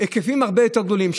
בהיקפים הרבה יותר גדולים.